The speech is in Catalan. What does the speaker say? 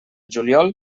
juliol